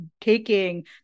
taking